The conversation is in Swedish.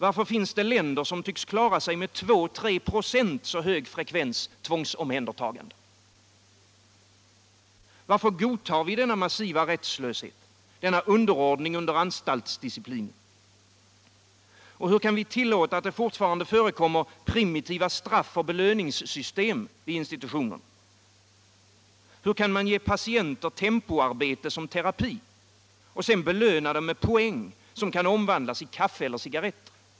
Varför finns det länder som tycks klara sig med 2-3 96 av denna frekvens 23 tvångsomhändertaganden? Varför godtar vi denna massiva rättslöshet, denna underordning under anstaltsdisciplinen? Hur kan vi tillåta ett primitivt straff-och belöningssystem vid institutionerna? Hur kan man ge patienter tempoarbete som terapi och belöna dem med poäng, som kan omvandlas i kaffe eller cigarretter?